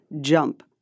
jump